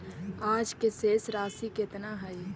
आज के शेष राशि केतना हई?